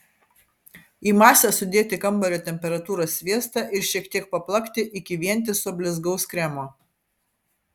į masę sudėti kambario temperatūros sviestą ir šiek tiek paplakti iki vientiso blizgaus kremo